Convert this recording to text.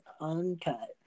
uncut